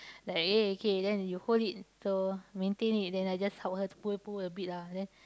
like eh okay then you hold it so maintain it then I just help her to pull pull a bit lah then